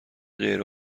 غیر